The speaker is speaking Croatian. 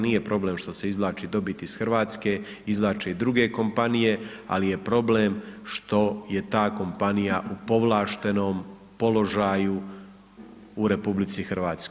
Nije problem što se izvlači dobit iz Hrvatske, izvlače i druge kompanije, ali je problem, što je ta kompanija u povlaštenom položaju u RH.